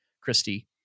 Christy